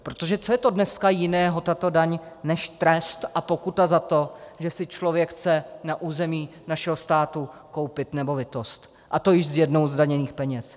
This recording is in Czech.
Protože co je to dneska jiného, tato daň, než trest a pokuta za to, že si člověk chce na území našeho státu koupit nemovitost, a to z již jednou zdaněných peněz?